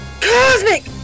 Cosmic